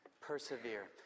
persevere